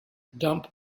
dump